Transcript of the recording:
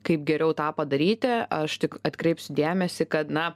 kaip geriau tą padaryti aš tik atkreipsiu dėmesį kad na